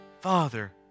Father